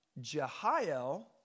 Jehiel